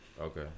Okay